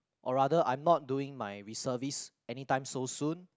or rather I'm not doing my reservist anytime so soon